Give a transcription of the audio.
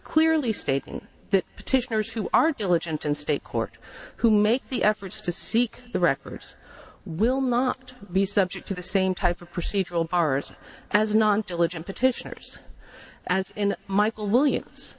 clearly stating that petitioners who are diligent in state court who make the efforts to seek the records will not be subject to the same type of procedural errors as non diligent petitioners as in michael williams